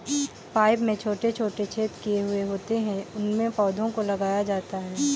pipe में छोटे छोटे छेद किए हुए होते हैं उनमें पौधों को लगाया जाता है